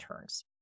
turns